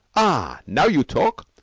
ah, now you talk.